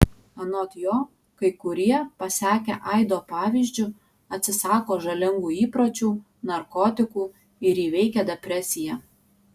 anot jo kai kurie pasekę aido pavyzdžiu atsisako žalingų įpročių narkotikų ir įveikia depresiją